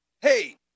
hey